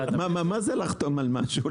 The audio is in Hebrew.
מה זה לחתום על משהו?